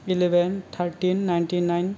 eleven थारथिन नाइनथि नायेन